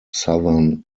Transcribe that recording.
southern